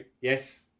Yes